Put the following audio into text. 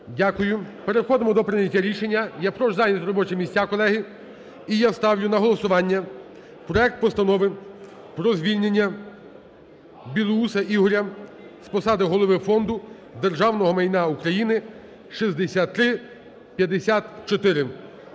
Дякую. Переходимо до прийняття рішення. Я прошу зайняти робочі місця, колеги. І я ставлю на голосування проект Постанови про звільнення Білоуса Ігоря з посади Голови Фонду державного майна України (6454).